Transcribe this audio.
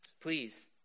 Please